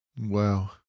Wow